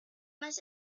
más